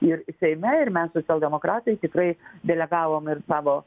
ir seime ir mes socialdemokratai tikrai delegavom ir savo